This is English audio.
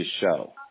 show